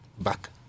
back